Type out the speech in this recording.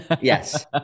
Yes